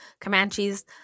Comanches